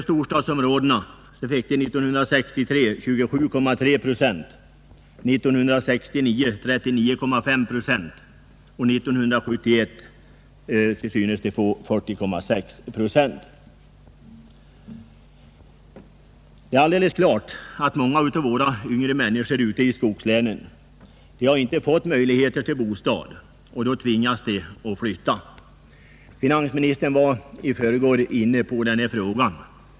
Storstadsområdena fick 1963 27,3 procent, 1969 39,5 procent och 1971 synes de få 40,6 procent. Det är alldeles klart att många av de yngre ute i skogslänen inte har fått möjligheter till bostad utan har tvingats att flytta. Finansministern var i förrgår inne på denna fråga.